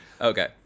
Okay